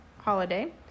holiday